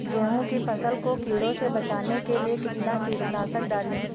गेहूँ की फसल को कीड़ों से बचाने के लिए कितना कीटनाशक डालें?